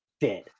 dead